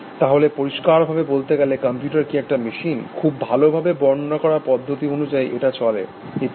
তাহলে পরিষ্কারভাবে বলতে গেলে কম্পিউটার কি একটা মেশিন খুব ভালোভাবে বর্ণনা করা পদ্ধতি অনুযায়ী এটা চলে ইত্যাদি